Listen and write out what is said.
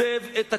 עוזב את הכול,